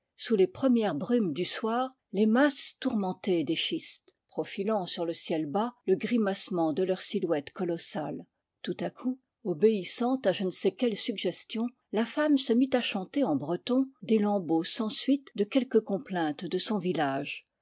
sous les premières brumes du soir les masses tourmentées des schistes profilant sur le ciel bas le grimacement de leurs silhouettes colossales tout à coup obéissant à je ne sais quelle suggestion la femme se mit à chanter en breton des lambeaux sans suite de quelque complainte de son village